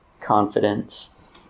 confidence